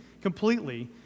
completely